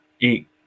eight